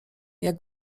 jak